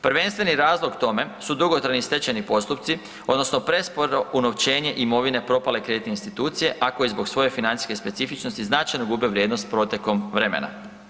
Prvenstveni razlog tome su dugotrajni stečajni postupci odnosno presporo unovčenje imovine propale kreditne institucije, a koje zbog svoje financijske specifičnosti značajno gube vrijednost protekom vremena.